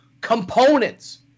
components